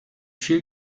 viel